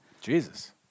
Jesus